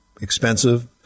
expensive